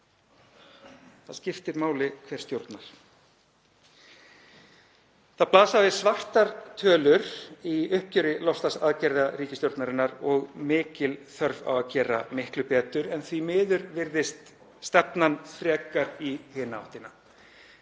Það skiptir máli hver stjórnar. Það blasa við svartar tölur í uppgjöri loftslagsaðgerða ríkisstjórnarinnar og mikil þörf á því að gera miklu betur en því miður virðist stefnan vera frekar í hina áttina.